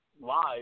Live